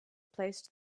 placed